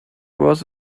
was